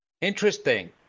Interesting